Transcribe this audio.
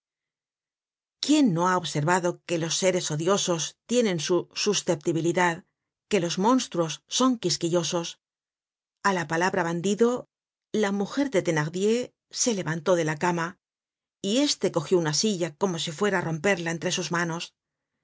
quién no ha observado que los seres odiosos tienen su susceptibilidad que los monstruos son quisquillosos a la palabra bandido la mujer de thenardier se levantó de la cama y éste cogió una silla como si fuera á romperla entre sus manos